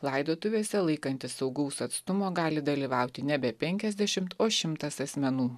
laidotuvėse laikantis saugaus atstumo gali dalyvauti nebe penkiasdešimt o šimtas asmenų